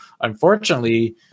unfortunately